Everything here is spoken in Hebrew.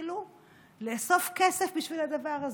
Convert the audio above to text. והתחילו לאסוף כסף בשביל הדבר הזה,